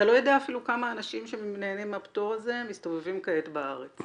אתה לא יודע אפילו כמה אנשים שנהנים מהפטור הזה מסתובבים כעת בארץ.